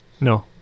No